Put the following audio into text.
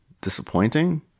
disappointing